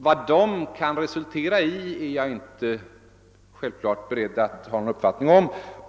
Vad de kan resultera i har jag givetvis ingen uppfattning om.